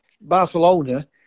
Barcelona